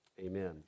amen